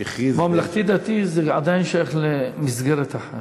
ממלכתי-דתי עדיין שייך למסגרת אחת.